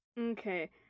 Okay